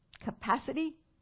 capacity